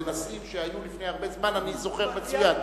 בנושאים שהיו לפני הרבה זמן אני זוכר מצוין,